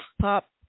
Pop